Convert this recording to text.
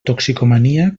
toxicomania